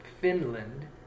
Finland